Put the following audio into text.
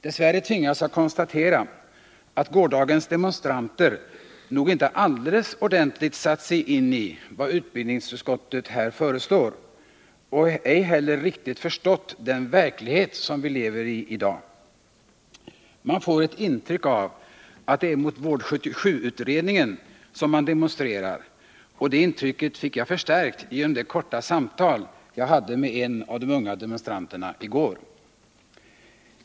Dess värre tvingas jag konstatera att gårdagens demonstranter nog inte alldeles ordentligt satt sig in i vad utbildningsutskottet här föreslår och ej heller riktigt förstått den verklighet som vi i dag lever i. Man får ett intryck av att det är mot Vård 77-utredningen som de demonstrerar, och det intrycket fick jag förstärkt genom det korta samtal jag hade med en av de unga demonstranterna i går.